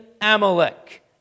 Amalek